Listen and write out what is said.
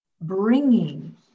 bringing